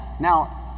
now